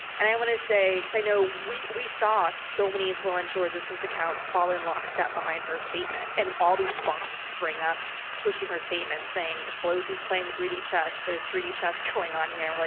and i want to say cause i know we we saw so many influential resistance accounts fall in lockstep behind her statement, and all these bots spring up pushing her statement saying, pelosi's playing three d chess. there's three d chess going on here. and like